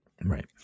Right